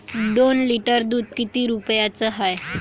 दोन लिटर दुध किती रुप्याचं हाये?